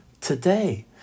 today